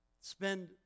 spend